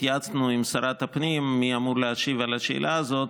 התייעצנו עם שרת הפנים מי אמור להשיב על השאלה הזאת.